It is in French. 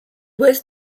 ouest